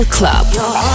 Club